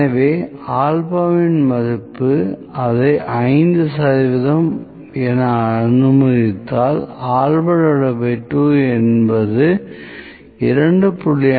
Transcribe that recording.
எனவே ஆல்பாவின் மதிப்பு அதை 5 சதவிகிதம் என அனுமதித்தால் α2 என்பது 2